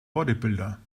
bodybuilder